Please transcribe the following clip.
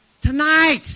Tonight